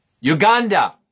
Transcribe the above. Uganda